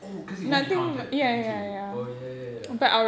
oh cause it won't be counted technically oh ya ya ya